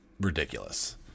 ridiculous